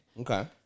Okay